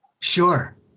Sure